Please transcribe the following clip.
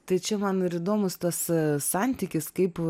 tai čia man ir įdomus tas santykis kaip